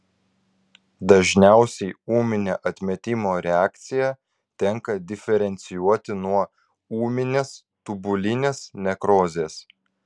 dažniausiai ūminę atmetimo reakciją tenka diferencijuoti nuo ūminės tubulinės nekrozės